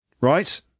right